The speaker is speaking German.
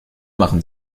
machen